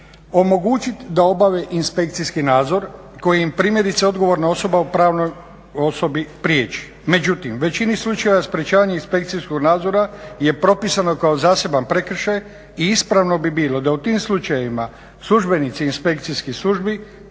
omogućiti da obavi inspekcijski nadzor koji im primjerice odgovorna osoba u pravnoj osobi priječi. Međutim u većini slučajeva sprečavanje inspekcijskog nadzora je propisano kao zaseban prekršaj i ispravno bi bilo da u tim slučajevima službenici inspekcijskih službi